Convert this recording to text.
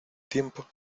tiempo